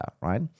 right